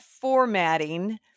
formatting